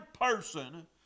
person